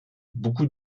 beaucoup